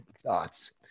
thoughts